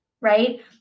Right